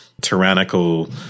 tyrannical